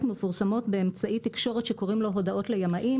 מפורסמות בכלי תקשורת שקוראים לו "הודעות לימאים".